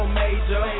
major